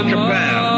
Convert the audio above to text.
Japan